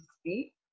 speak